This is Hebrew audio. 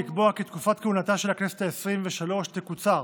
לקבוע כי תקופת כהונתה של הכנסת העשרים-ושלוש תקוצר